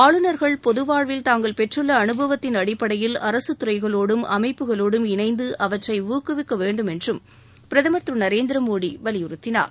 ஆளுநர்கள் பொது வாழ்வில் தாங்கள் பெற்றுள்ள அனுபவத்தின் அடிப்படையில் அரசுத் துறைகளோடும் அமைப்புகளோடும் இணைந்து அவற்றை ஊக்குவிக்க வேண்டும் என்றும் பிரதமர் திரு நரேந்திர மோடி வலியுறுத்தினார்